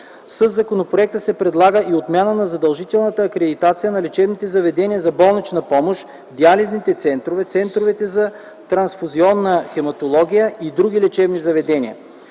Със законопроекта се предлага и отмяна на задължителната акредитация на лечебните заведения за болнична помощ, диализните центрове, центровете за трансфузионна хематология и други лечебни заведения.